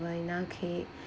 vanilla cake